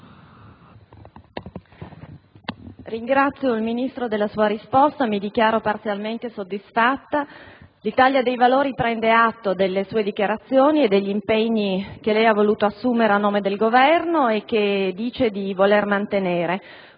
Ringrazio il Ministro della sua risposta. Mi dichiaro parzialmente soddisfatta. L'Italia dei Valori prende atto delle sue dichiarazioni e degli impegni che ha voluto assumere a nome del Governo e che afferma di voler mantenere.